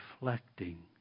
reflecting